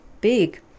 big